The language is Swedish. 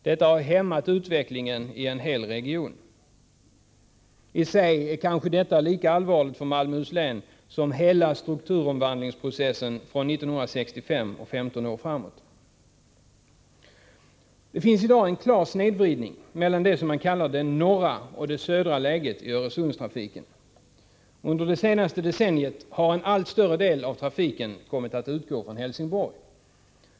Detta har hämmat utvecklingen i en hel region, och det är i sig kanske lika allvarligt för Malmöhus län som hela strukturomvandlingsprocessen från 1965 och 15 år framåt. Det finns i dag en klar snedvridning mellan det som man kallar det norra resp. det södra läget i Öresundstrafiken. Under det senaste decenniet har en allt större del av trafiken kommit att utgå från Helsingborg.